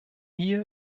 hier